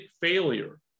failure